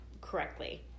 correctly